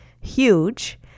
huge